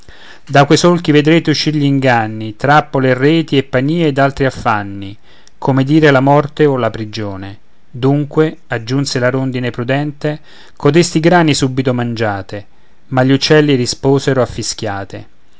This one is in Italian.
quei solchi vedrete uscir gl'inganni trappole e reti e panie ed altri affanni come dire la morte o la prigione dunque aggiunse la rondine prudente codesti grani subito mangiate ma gli uccelli risposero a fischiate